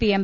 P M